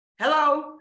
Hello